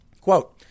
quote